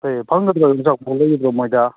ꯑꯦ ꯐꯪꯒꯗ꯭ꯔꯣ ꯌꯣꯡꯆꯥꯛꯄꯨ ꯂꯩꯒꯗ꯭ꯔꯣ ꯃꯣꯏꯗ